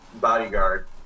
bodyguard